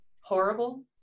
horrible